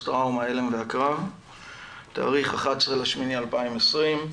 התאריך 11.8.2020,